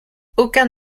aucun